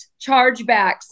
chargebacks